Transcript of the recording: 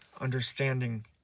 understanding